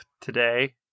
today